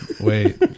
Wait